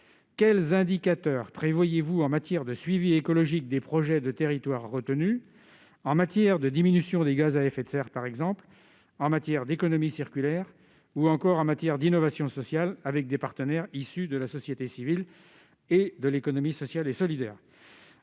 quels indicateurs prévoyez-vous en matière de suivi écologique des projets de territoire retenus, par exemple en matière de diminution d'émissions de gaz à effet de serre, d'économie circulaire ou encore d'innovation sociale avec des partenaires issus de la société civile et de l'économie sociale et solidaire ?